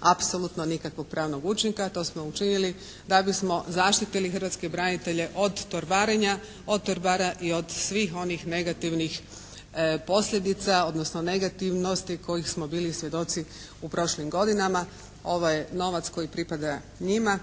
Apsolutno nikakvog pravnog učinka, to smo učinili da bismo zaštitili hrvatske branitelje od torbarenja, od torbara i od svih onih negativnih posljedica, odnosno negativnosti kojih smo bili svjedoci u prošlim godinama. Ovo je novac koji pripada njima.